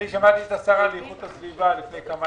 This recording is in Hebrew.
שמעתי את השרה לאיכות הסביבה לפני כמה